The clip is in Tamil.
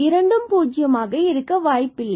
இரண்டும் 0 ஆக இருக்க வாய்ப்பில்லை